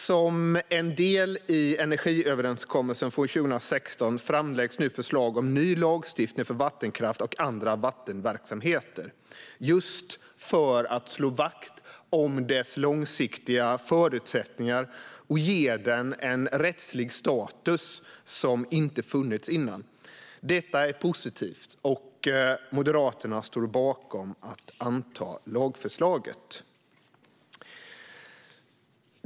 Som en del i energiöverenskommelsen från 2016 framläggs nu förslag om ny lagstiftning för vattenkraft och andra vattenverksamheter, just för att slå vakt om dess långsiktiga förutsättningar och ge den en rättslig status som inte funnits tidigare. Detta är positivt, och Moderaterna står bakom att anta lagförslaget.